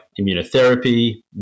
immunotherapy